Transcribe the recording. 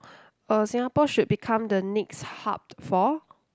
uh Singapore should become the next hub for